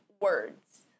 words